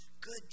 Good